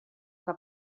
que